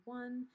one